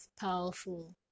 powerful